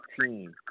team